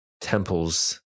temples